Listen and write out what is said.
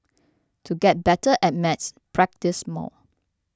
to get better at maths practise more